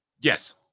Yes